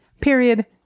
Period